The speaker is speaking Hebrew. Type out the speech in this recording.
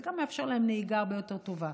גם מאפשר להם נהיגה הרבה יותר טובה.